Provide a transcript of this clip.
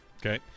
Okay